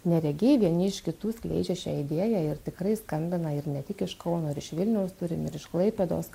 neregiai vieni iš kitų skleidžia šią idėją ir tikrai skambina ir ne tik iš kauno ir iš vilniaus turim ir iš klaipėdos